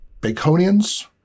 Baconians